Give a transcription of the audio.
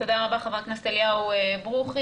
תודה רבה חבר הכנסת אליהו ברוכי.